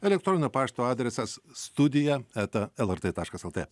elektroninio pašto adresas studija eta lrt taškas lt